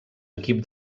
equip